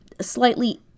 slightly